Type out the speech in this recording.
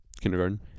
kindergarten